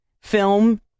film